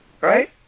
Right